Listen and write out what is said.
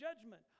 judgment